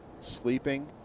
sleeping